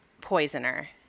poisoner